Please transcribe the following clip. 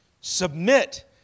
Submit